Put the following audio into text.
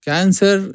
Cancer